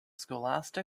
scholastic